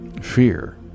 fear